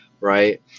Right